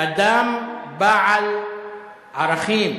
אדם בעל ערכים.